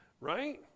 Right